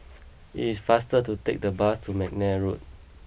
it is faster to take the bus to McNair Road